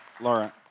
Laura